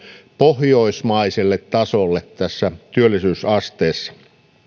pohjoismaiselle tasolle tässä työllisyysasteessa